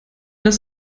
das